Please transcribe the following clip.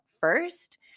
first